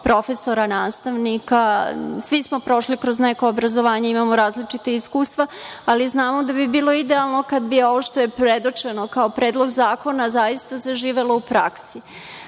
profesora, nastavnika. Svi smo prošli kroz neko obrazovanje, imamo različita iskustva, ali znamo da bi bilo idealno kada bi ovo što je predočeno kao predlog zakona zaista zaživelo u praksi.